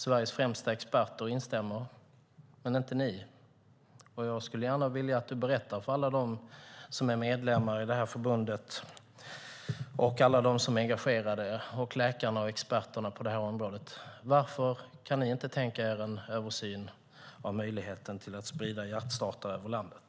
Sveriges främsta experter instämmer men inte ni. Jag skulle gärna vilja att du berättar för alla dem som är medlemmar i det här förbundet, alla dem som är engagerade, läkarna och experterna på det här området varför ni inte kan tänka er en översyn av möjligheten att sprida hjärtstartare över landet.